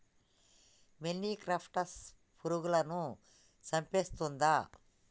మొనిక్రప్టస్ పురుగులను చంపేస్తుందా?